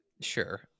Sure